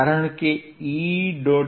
કારણ કે E